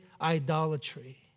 idolatry